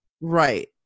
Right